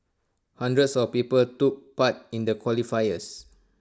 hundreds of people took part in the qualifiers